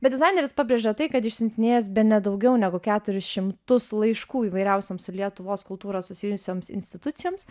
bet dizaineris pabrėžia tai kad išsiuntinėjęs bene daugiau negu keturis šimtus laiškų įvairiausiems su lietuvos kultūra susijusioms institucijoms